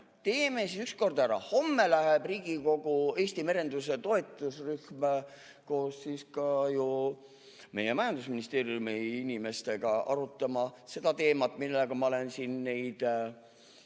Teeme siis ükskord ära! Homme läheb Riigikogu Eesti merenduse toetusrühm koos majandusministeeriumi inimestega arutama seda teemat, millega ma olen siin teid,